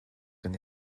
kan